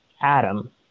Adam